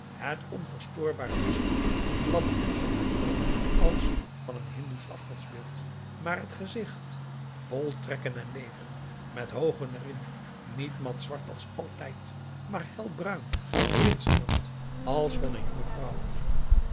het onverstoorbare masker glad en zonder plooi als van een hindoesch afgodsbeeld maar een gezicht vol trekken en leven met oogen erin niet mat zwart als altijd maar helbruin glinsterend als van een jonge vrouw